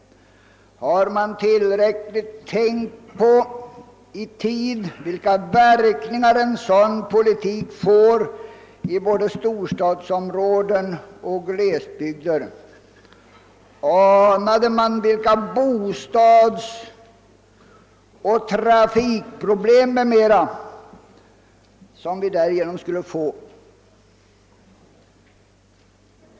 Har man i tid tänkt på vilka verkningar en sådan politik får i både storstadsområden och glesbygder? Anade man vilka bostadsoch trafikproblem m.m. i de större tätorterna som därigenom skulle uppkomma?